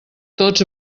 tots